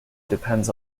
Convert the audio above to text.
depends